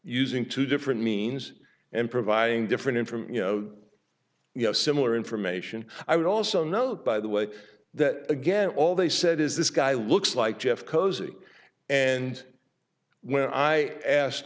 using two different means and providing different in from you know you know similar information i would also note by the way that again all they said is this guy looks like jeff kozik and when i asked